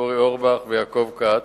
אורי אורבך ויעקב כץ.